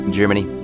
Germany